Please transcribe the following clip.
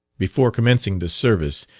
before commencing the service,